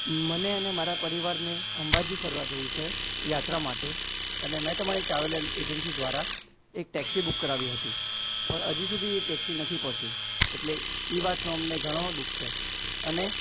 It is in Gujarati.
મને અને મારા પરિવારને અંબાજી ફરવા જવું છે યાત્રા માટે અને મેં તમારી ટ્રાવેલ એન એજન્સી દ્વારા એક ટેક્સી બુક કરાવી હતી પણ હજી સુધી એ ટેક્સી નથી પહોંચી એટલે એ વાતનો અમને ઘણો દુઃખ છે અને